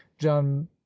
john